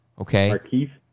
Okay